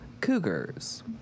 Cougars